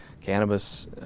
cannabis